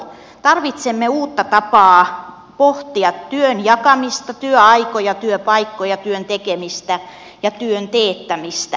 tarvitsemme uutta tapaa pohtia työn jakamista työaikoja työpaikkoja työn tekemistä ja työn teettämistä